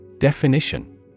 Definition